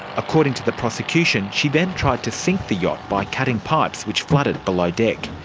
according to the prosecution, she then tried to sink the yacht by cutting pipes which flooded below deck.